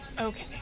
Okay